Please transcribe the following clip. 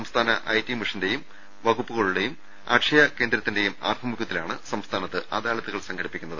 സംസ്ഥാന I T മിഷന്റെയും വകുപ്പുകളുടെയും അക്ഷയ കേന്ദ്ര ത്തിന്റെയും ആഭിമുഖ്യത്തിലാണ് സംസ്ഥാനത്ത് അദാലത്തുകൾ സംഘ ടിപ്പിക്കുന്നത്